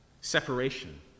Separation